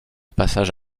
passage